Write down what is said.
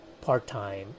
part-time